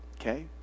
Okay